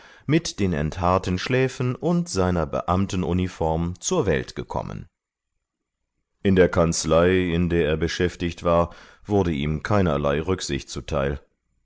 mit den enthaarten schläfen und seiner beamtenuniform zur welt gekommen in der kanzlei in der er beschäftigt war wurde ihm keinerlei rücksicht zuteil